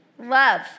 love